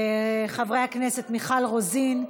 חברי הכנסת: מיכל רוזין,